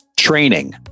Training